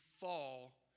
fall